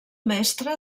mestre